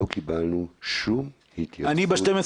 לא קיבלנו שום התייחסות --- אני ב-12